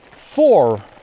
four